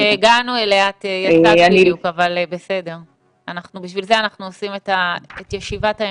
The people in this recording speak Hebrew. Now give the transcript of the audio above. לכן אנחנו עושים את ישיבת ההמשך.